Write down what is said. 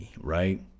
right